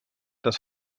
das